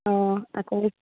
অঁ আকৌ